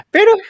Pero